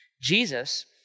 Jesus